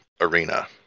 arena